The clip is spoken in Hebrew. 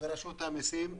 ורשות המסים,